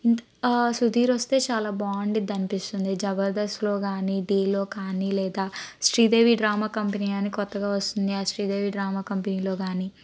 సుధీర్ వస్తే చాలా బాగుంటుంది అనిపిస్తోంది జబర్దస్త్లో కాని ఢీలో కానీ లేదా శ్రీదేవి డ్రామా కంపెనీ అని కొత్తగా వస్తుంది ఆ శ్రీదేవి డ్రామా కంపెనీలో కాని